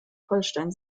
holstein